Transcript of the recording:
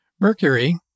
Mercury